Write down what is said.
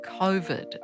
COVID